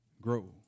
Grow